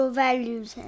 values